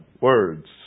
words